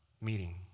meeting